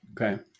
Okay